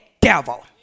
devil